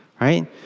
right